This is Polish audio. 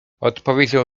odpowiedział